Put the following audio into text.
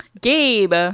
Gabe